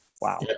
Wow